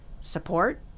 support